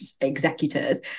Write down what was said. executors